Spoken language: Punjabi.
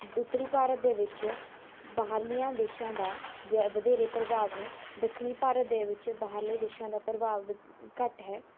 ਉੱਤਰੀ ਭਾਰਤ ਦੇ ਵਿੱਚ ਬਾਹਰਲੀਆਂ ਦੇਸ਼ਾਂ ਦਾ ਜ਼ ਵਧੇਰੇ ਪ੍ਰਭਾਵ ਹੈ ਦੱਖਣੀ ਭਾਰਤ ਦੇ ਵਿੱਚ ਬਾਹਰਲੇ ਦੇਸ਼ਾਂ ਦਾ ਪ੍ਰਭਾਵ ਘੱਟ ਹੈ